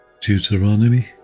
Deuteronomy